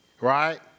right